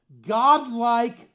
godlike